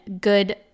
good